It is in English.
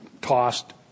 tossed